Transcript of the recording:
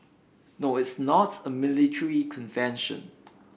no it's not a military convention